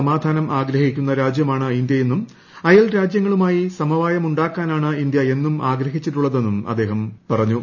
സമാധാനം ആഗ്രഹിക്കുന്ന രാജ്യമാണ് ഇന്ത്യയെന്നും അയൽ രാജ്യങ്ങളുമായി സമവായമുണ്ടാക്കാനാണ് ഇന്ത്യ എന്നും ആഗ്രഹിച്ചിട്ടുള്ളതെന്നും അദ്ദേഹം പറഞ്ഞു